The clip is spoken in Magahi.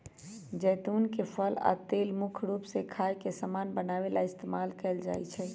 जैतुन के फल आ तेल मुख्य रूप से खाए के समान बनावे ला इस्तेमाल कएल जाई छई